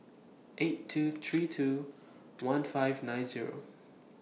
eight two three two one five nine Zero